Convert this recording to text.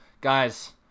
guys